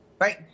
right